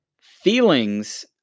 Feelings